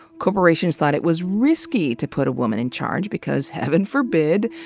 corporations thought it was risky to put a woman in charge because, heaven forbid,